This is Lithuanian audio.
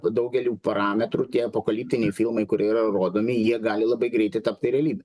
daugeliu parametrų tie apokaliptiniai filmai kurie yra rodomi jie gali labai greitai tapti realybe